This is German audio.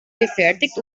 gefertigt